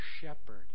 shepherd